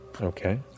Okay